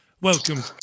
Welcome